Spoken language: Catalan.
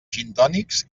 gintònics